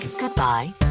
goodbye